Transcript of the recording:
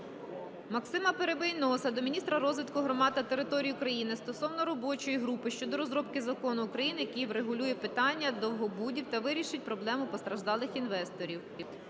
Максима Перебийноса до міністра розвитку громад та територій України стосовно робочої групи щодо розробки Закону України, який врегулює питання "довгобудів" та вирішить проблему постраждалих інвесторів.